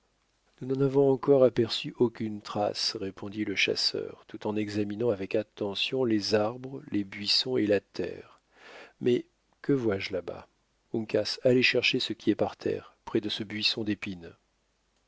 nous n'en avons encore aperçu aucune trace répondit le chasseur tout en examinant avec attention les arbres les buissons et la terre mais que vois-je là-bas uncas allez chercher ce qui est par terre près de ce buisson d'épines